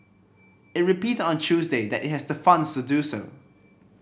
it repeated on Tuesday that it has the funds to do so